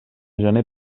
gener